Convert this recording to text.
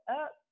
up